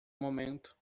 momento